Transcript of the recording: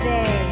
Day